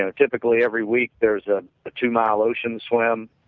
and typically every week there was a two-mile ocean swim,